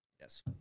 Yes